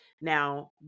Now